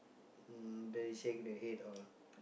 mm then he shake the head all